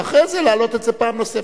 ואחרי זה להעלות את זה פעם נוספת.